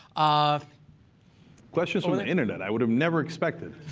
um questions from and the internet, i would have never expected.